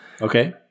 Okay